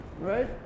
Right